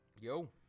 Yo